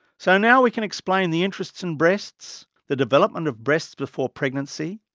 so now we can explain the interest in breasts, the development of breasts before pregnancy,